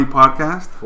podcast